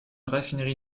raffinerie